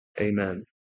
Amen